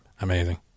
Amazing